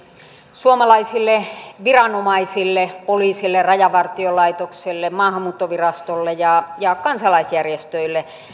suomalaisille viranomaisille poliisille rajavartiolaitokselle maahanmuuttovirastolle ja ja kansalaisjärjestöille